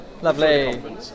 Lovely